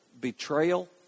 betrayal